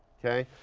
okay.